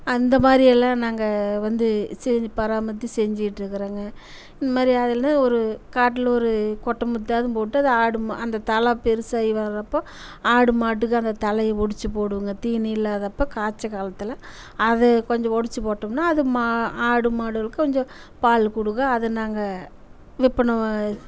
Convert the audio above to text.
அந்த மாதிரி எல்லாம் நாங்கள் வந்து செஞ்சு பராமரித்து செஞ்சுக்கிட்டு இருக்குறோங்க இந்த மாதிரி அதில் ஒரு காட்டில ஒரு கொட்டை முத்தயாவது போட்டு அதை ஆடும் அந்த தழை பெருசாகி வர்றப்போ ஆடு மாட்டுக்கு அந்த தழையை ஒடுச்சு போடுவோங்க தீனி இல்லாத அப்போ காய்ச்ச காலத்தில் அது கொஞ்சம் ஒடுச்சு போட்டோம்னால் அது மா ஆடு மாடுகளுக்கு கொஞ்சம் பால் கொடுக்கும் அது நாங்கள் விற்பனை